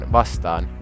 vastaan